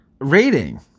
rating